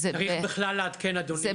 צריך בכלל לעדכן אדוני.